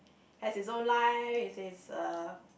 has his own life which is uh